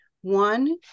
One